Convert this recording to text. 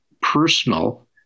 personal